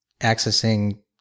accessing